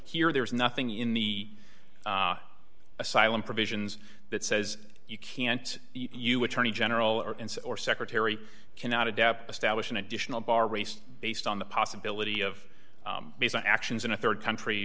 here there is nothing in the asylum provisions that says you can't you attorney general or secretary cannot adapt establish an additional bar race based on the possibility of based on actions in a rd country